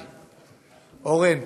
אורן,